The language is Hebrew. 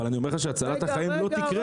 אבל אני אומר לך שהצלת החיים לא תקרה פה.